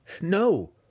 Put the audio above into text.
No